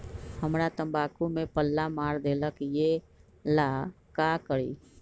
हमरा तंबाकू में पल्ला मार देलक ये ला का करी?